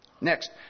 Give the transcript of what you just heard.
Next